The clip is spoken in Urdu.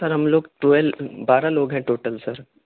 سر ہم لوگ ٹوئیل بارہ لوگ ہیں ٹوٹل سر